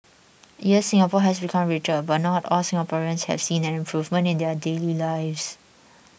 yes Singapore has become richer but not all Singaporeans have seen an improvement in their daily lives